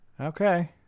Okay